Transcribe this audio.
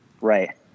Right